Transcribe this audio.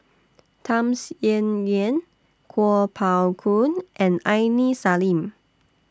Tham Sien Yen Yen Kuo Pao Kun and Aini Salim